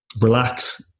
relax